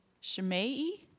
Shimei